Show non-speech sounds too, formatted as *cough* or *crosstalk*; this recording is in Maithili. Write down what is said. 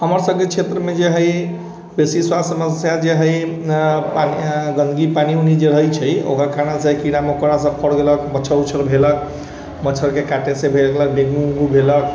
हमर सबकेँ क्षेत्रमे जे है *unintelligible* समस्या जे है गन्दगी पानि उनी जे रहै छै ओकरा कीड़ा मकोड़ा सब पड़ि गेलक मच्छड़ उच्छड़ भेलक मच्छड़के काटे से भेलैक डेंगू उँगु भेलैक